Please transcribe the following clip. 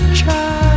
child